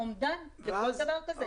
אומדן לכל דבר כזה.